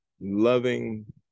loving